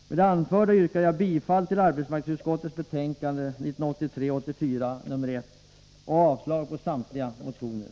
Med det anförda yrkar jag bifall till hemställan i arbetsmarknadsutskottets betänkande 1983/84:1 och avslag på samtliga här berörda motioner.